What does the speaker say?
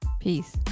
Peace